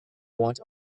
want